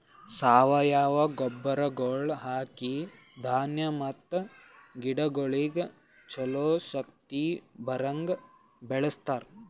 ಸಾವಯವ ಗೊಬ್ಬರಗೊಳ್ ಹಾಕಿ ಧಾನ್ಯ ಮತ್ತ ಗಿಡಗೊಳಿಗ್ ಛಲೋ ಶಕ್ತಿ ಬರಂಗ್ ಬೆಳಿಸ್ತಾರ್